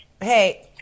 Hey